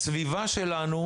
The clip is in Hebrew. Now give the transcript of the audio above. לסביבה שלנו.